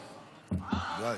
--- חבר הכנסת נאור, די.